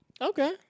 Okay